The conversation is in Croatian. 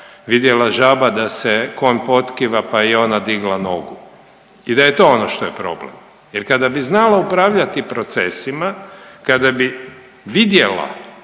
vidjela žaba da se konj potkiva, pa i ona digla nogu i da je to ono što je problem jer kada bi znala upravljati procesima, kada bi vidjela